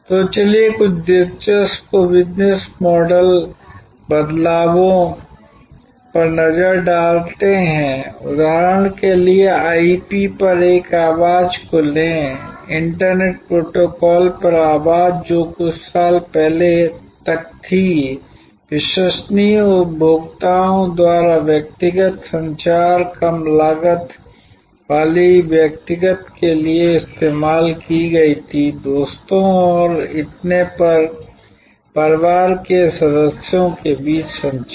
तो चलिए कुछ दिलचस्प बिजनेस मॉडल बदलावों पर नज़र डालते हैं उदाहरण के लिए IP पर इस आवाज़ को लें इंटरनेट प्रोटोकॉल पर आवाज़ जो कुछ साल पहले तक थी विश्वसनीय उपभोक्ताओं द्वारा व्यक्तिगत संचार कम लागत वाली व्यक्तिगत के लिए इस्तेमाल नहीं की गई थी दोस्तों और इतने पर परिवार के सदस्यों के बीच संचार